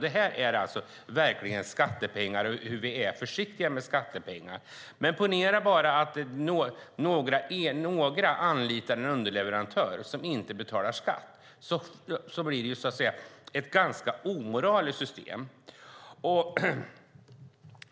Det handlar verkligen om skattepengar och om hur försiktiga vi är med skattepengar. Ponera att några anlitar en underleverantör som inte betalar skatt. Då blir det ett ganska omoraliskt system.